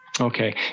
Okay